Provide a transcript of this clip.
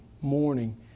morning